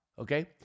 okay